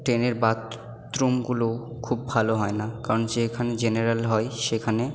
ট্রেনের বাথরুমগুলো খুব ভালো হয় না কারণ যেখানে জেনারেল হয় সেখানে